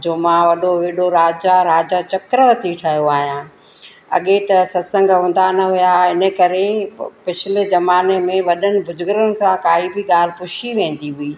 जो मां वॾो हेॾो राजा राजा चक्करवती ठहियो आहियां अॻे त सत्संगु हूंदा न हुआ हिन करे पोइ पिछिले ज़माने में वॾनि बुज़र्गनि सां काई बि ॻाल्हि पुछी वेंदी हुई